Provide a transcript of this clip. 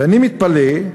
ואני מתפלא.